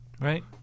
right